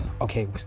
okay